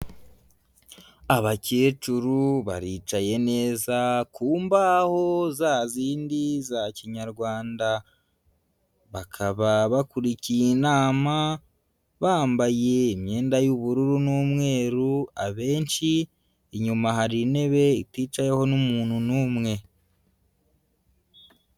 Abakecuru baricaye neza ku mbaho za zindi za kinyarwanda, bakaba bakurikiye inama bambaye imyenda y'ubururu n'umweru abenshi, inyuma hari intebe iticayeho n'umuntu n'umwe.